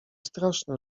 straszne